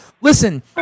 listen